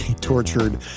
tortured